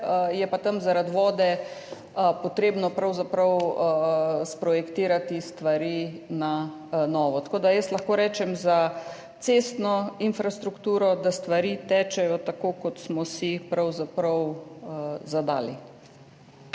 je pa tam zaradi vode treba pravzaprav sprojektirati stvari na novo. Tako da lahko za cestno infrastrukturo rečem, da stvari tečejo tako, kot smo si jih pravzaprav zadali.